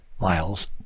miles